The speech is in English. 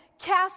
Cast